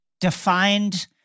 defined